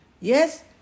Yes